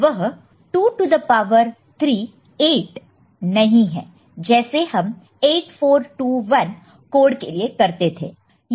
वह 2 to the power 3 8 नहीं है जैसे हम 8421 कोड के लिए करते है